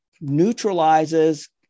neutralizes